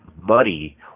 money